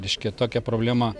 reiškia tokia problema